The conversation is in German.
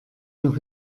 noch